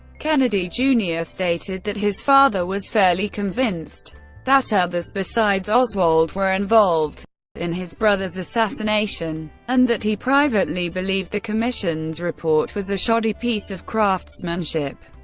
kennedy jr. stated that his father was fairly convinced that others besides oswald were involved in his brother's assassination and that he privately believed the commission's report was a shoddy piece of craftsmanship.